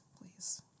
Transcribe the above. please